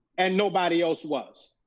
and nobody else was,